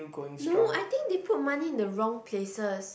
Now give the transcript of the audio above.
no I think they put money in the wrong places